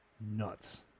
nuts